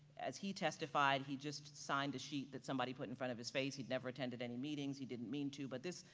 as he testified, he just signed a sheet that somebody put in front of his face, he'd never attended any meetings, he didn't mean to, but this,